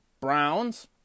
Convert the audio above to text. Browns